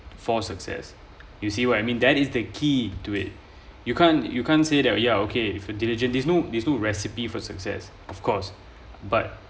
for success you see what I mean that is the key to it you can't you can't say that ya okay for diligent there's no there's no recipe for success of course but